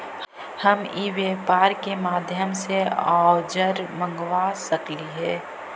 हम ई व्यापार के माध्यम से औजर मँगवा सकली हे का?